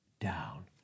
down